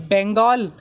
Bengal